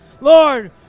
Lord